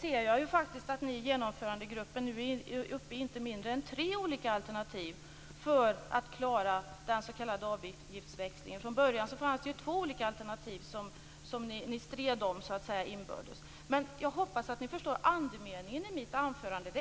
ser jag faktiskt att ni i Genomförandegruppen är uppe i inte mindre än tre olika alternativ för att klara den s.k. avgiftsväxlingen. Från början fanns det ju två olika alternativ som ni stred om inbördes. Jag hoppas att ni förstår andemeningen i mitt anförande.